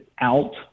out